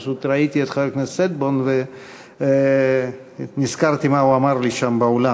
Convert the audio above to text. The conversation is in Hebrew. פשוט ראיתי את חבר הכנסת שטבון ונזכרתי מה הוא אמר לי שם באולם.